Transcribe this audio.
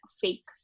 fake